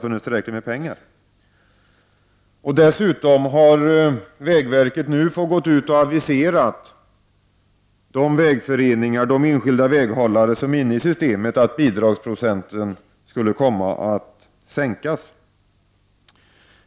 Vägverket har nu fått gå ut till de enskilda väghållare som är inne i systemet och avisera att bidragsprocenten kommer att sänkas.